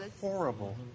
horrible